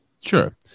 Sure